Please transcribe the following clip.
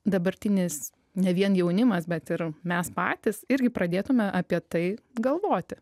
dabartinis ne vien jaunimas bet ir mes patys irgi pradėtume apie tai galvoti